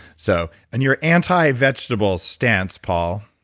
so and your anti-vegetable stance poll,